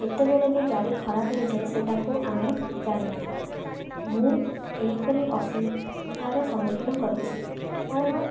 କେତେବେଳେ ବି ଗାଡ଼ି ଖରାପ ହୋଇଯାଏ ସେଇଟାକୁ ଆମେ ଜାଣି ନ ଥାଉ ମୁଁ ଏହିପରି ଅସୁବିଧା ର ସମ୍ମୁଖୀନ କରିଛି କାରଣ